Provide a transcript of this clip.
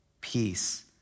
peace